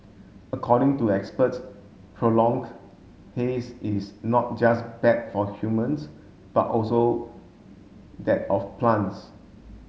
according to experts prolong haze is not just bad for humans but also that of plants